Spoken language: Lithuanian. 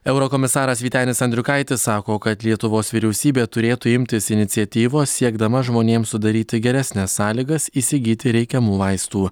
eurokomisaras vytenis andriukaitis sako kad lietuvos vyriausybė turėtų imtis iniciatyvos siekdama žmonėms sudaryti geresnes sąlygas įsigyti reikiamų vaistų